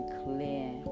clear